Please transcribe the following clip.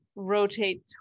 rotate